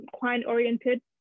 client-oriented